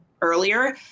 earlier